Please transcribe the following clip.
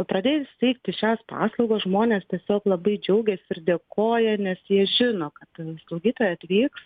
pradėjus teikti šias paslaugas žmonės tiesiog labai džiaugiasi ir dėkoja nes jie žino kad slaugytoja atvyks